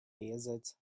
desert